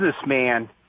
businessman